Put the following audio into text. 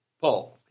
Paul